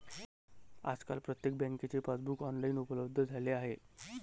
आजकाल प्रत्येक बँकेचे पासबुक ऑनलाइन उपलब्ध झाले आहे